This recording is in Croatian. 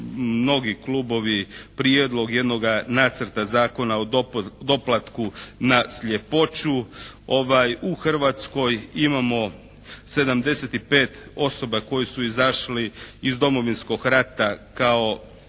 mnogi klubovi prijedlog jednoga Nacrta zakona o doplatku na sljepoću. U Hrvatskoj imamo 75 osoba koje su izašli iz Domovinskog rata kao,